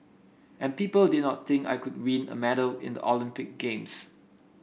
and people did not think I could win a medal in the Olympic Games